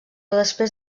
després